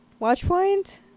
Watchpoint